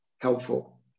helpful